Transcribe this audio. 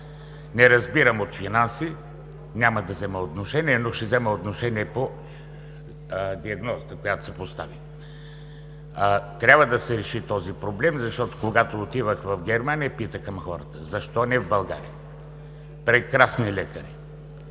Не разбирам от финанси. Няма да взема отношение, но ще взема отношение по диагнозата, която се постави. Трябва да се реши този проблем, защото, когато отидох в Германия, хората ме питаха: „Защо не в България?“ Прекрасни лекари,